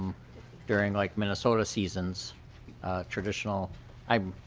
during like minnesota seasons traditional-nnot